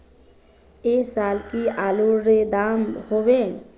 ऐ साल की आलूर र दाम होबे?